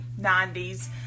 90s